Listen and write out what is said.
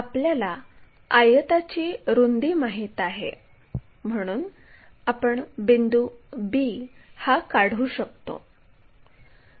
आपल्याला d माहित झाल्यावर c आणि d जोडा आणि हे फ्रंट व्ह्यू असेल